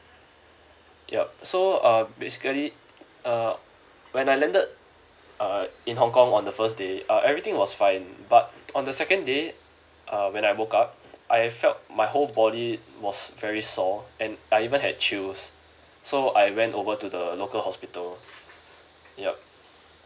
yup so uh basically uh when I landed uh in hong kong on the first day uh everything was fine but on the second day uh when I woke up I felt my whole body was very sore and I even had chills so I went over to the local hospital yup